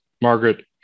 Margaret